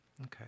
Okay